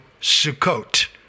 Sukkot